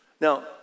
Now